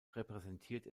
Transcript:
repräsentiert